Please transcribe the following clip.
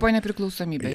po nepriklausomybė